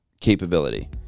capability